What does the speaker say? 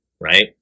right